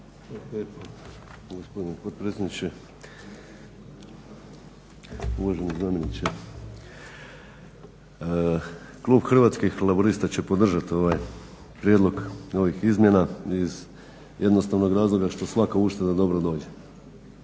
Hrvatskih laburista će podržati ovaj prijedlog ovih izmjena iz jednostavnog razloga što svaka ušteda dobro dođe.